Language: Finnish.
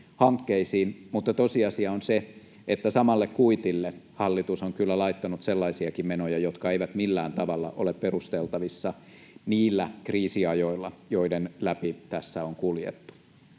mutta tosiasia on se, että samalle kuitille hallitus on kyllä laittanut sellaisiakin menoja, jotka eivät millään tavalla ole perusteltavissa niillä kriisiajoilla, joiden läpi tässä on kuljettu.